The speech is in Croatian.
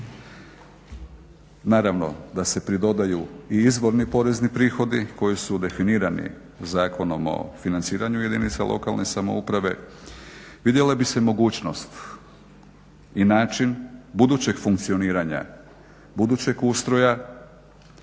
naravno da se pridodaju i izvorni porezni prihodi koji su definirani Zakonom o financiranju jedinica lokalne samouprave, vidjeli bi se mogućnost i način budućeg funkcioniranja, budućeg ustroja